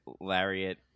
lariat